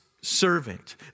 servant